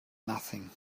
nothing